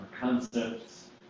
concepts